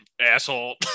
asshole